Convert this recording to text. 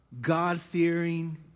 God-fearing